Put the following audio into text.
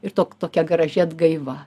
ir tok tokia graži atgaiva